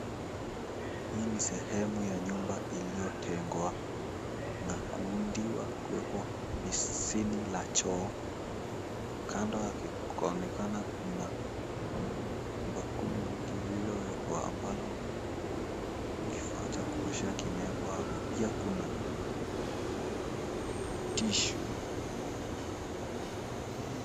Hii ni sehemu ya nyumba iliyotengwa na kuundiwa kuweko beseni la choo. Kando yake kunaonekana kuna bakuli lililowekwa ambalo kifaa cha kuosha kimewekwa hapo pia kuna tissue . Hii...